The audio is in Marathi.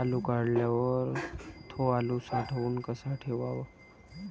आलू काढल्यावर थो आलू साठवून कसा ठेवाव?